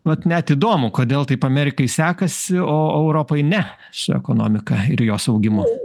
mat net įdomu kodėl taip amerikai sekasi o europai ne su ekonomika ir jos augimu